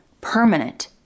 permanent